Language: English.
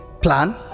plan